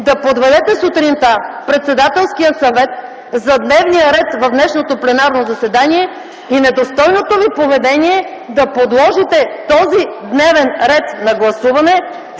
да подведете сутринта Председателският съвет за дневния ред в днешното пленарно заседание и недостойното Ви поведение да подложите този дневен ред на гласуване,